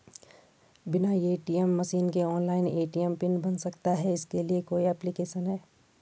बिना ATM machine के online ATM pin बन सकता है इसके लिए कोई ऐप्लिकेशन है?